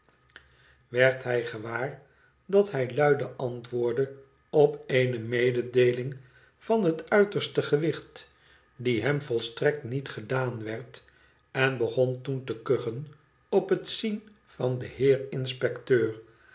werd hij gewaar dat hij iuide antwoordde op eene mededeeling van het uiterste gewicht die hem volstrekt niet gedaan werd en begon toen te kuchen op het zien van den heer inspecteur